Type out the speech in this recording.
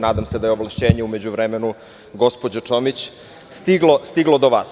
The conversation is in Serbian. Nadam se da je ovlašćenje u međuvremenu gospođo Čomić stiglo do vas.